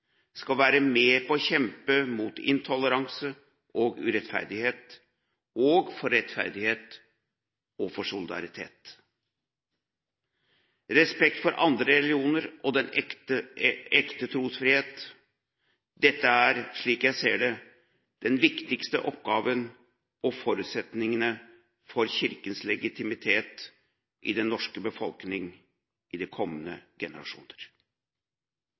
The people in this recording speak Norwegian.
skal være med på å kjempe mot intoleranse og urettferdighet, og for rettferdighet og solidaritet. Respekt for andre religioner og den ekte trosfrihet er, slik jeg ser det, den viktigste oppgaven og forutsetningene for Kirkens legitimitet i den norske befolkning i de kommende generasjoner.